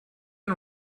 and